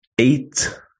Eight